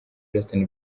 justin